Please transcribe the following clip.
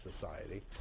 society